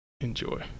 enjoy